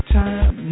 time